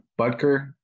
Butker